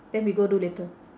then we go do later